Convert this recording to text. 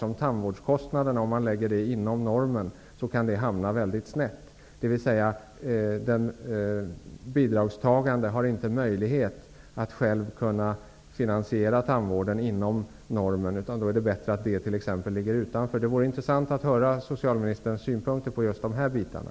Om tandvårdskostnaden läggs inom normen, kan det bli väldigt snett -- dvs. den bidragstagande har inte möjlighet att själv finansiera sin tandvård inom normen. Då är det bättre att tandvården ligger utanför normen. Det vore intressant att höra socialministerns synpunkter på just de här bitarna.